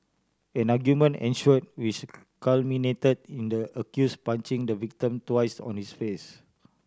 an argument ensued which culminated in the accused punching the victim twice on his face